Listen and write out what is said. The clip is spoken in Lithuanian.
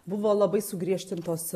buvo labai sugriežtintos